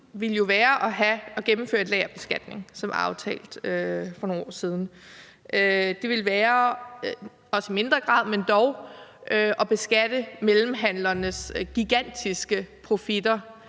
ud, ville jo være at gennemføre den lagerbeskatning, som var aftalt for nogle år siden. Det ville være at beskatte – i mindre grad, men